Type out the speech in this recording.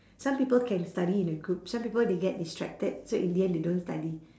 some people can study in a group some people they get distracted so in the end they don't study